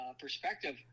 perspective